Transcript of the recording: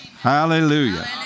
Hallelujah